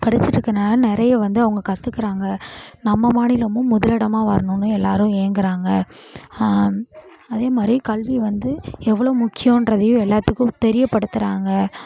படிச்சிகிட்டு இருக்கிறதுனால நிறையா வந்து அவங்க கற்றுக்குறாங்க நம்ம மாநிலமும் முதலிடமாக வரணும்ன்னு எல்லாரும் ஏங்குறாங்க அதேமாதிரி கல்வி வந்து எவ்வளோ முக்கியன்றதையும் எல்லாத்துக்கும் தெரிய படுத்துறாங்க